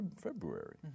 February